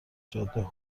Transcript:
جاده